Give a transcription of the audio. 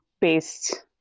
based